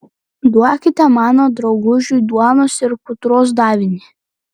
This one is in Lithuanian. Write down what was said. duokite mano draugužiui duonos ir putros davinį